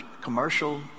commercial